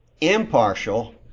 impartial